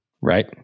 Right